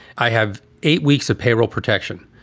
i have eight weeks of payroll protection.